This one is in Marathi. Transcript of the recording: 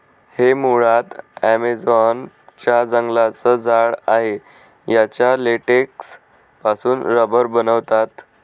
हे मुळात ॲमेझॉन च्या जंगलांचं झाड आहे याच्या लेटेक्स पासून रबर बनवतात